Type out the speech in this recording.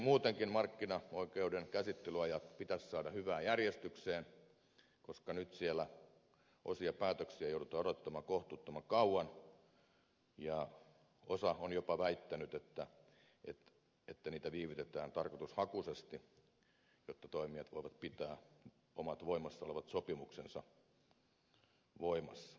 muutenkin markkinaoikeuden käsittelyajat pitäisi saada hyvään järjestykseen koska nyt siellä osaa päätöksistä joudutaan odottamaan kohtuuttoman kauan ja osasta on jopa väitetty että niitä viivytetään tarkoitushakuisesti jotta toimijat voivat pitää omat voimassa olevat sopimuksensa voimassa